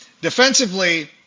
Defensively